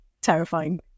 terrifying